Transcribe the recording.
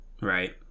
Right